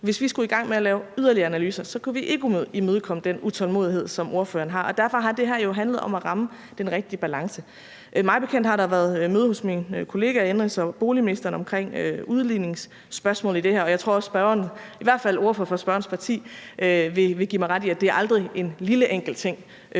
Hvis vi skulle i gang med at lave yderligere analyser, kunne vi ikke imødekomme den utålmodighed, som ordføreren har. Derfor har det her jo handlet om at ramme den rigtige balance. Mig bekendt har der været møde hos min kollega indenrigs- og boligministeren om udligningsspørgsmålet i det her, og jeg tror også, at spørgeren – eller i hvert fald ordføreren for spørgerens parti – vil give mig ret i, at det aldrig er en lille, enkel ting